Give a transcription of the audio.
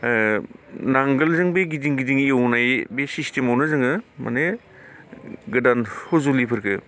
नांगोलजों बे गिदिं गिदिं एवनाय बे सिसटेमावनो जोङो माने गोदान हुजुलिफोरखौ